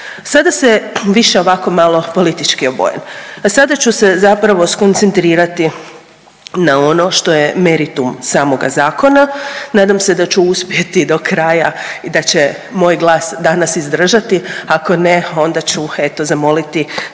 Sada se više ovako malo politički obojen, a sada ću se zapravo skoncentrirati na ono što je meritum samoga zakona. Nadam se da ću uspjeti do kraja i da će moj glas danas izdržati, ako ne onda ću eto zamoliti